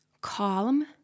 calm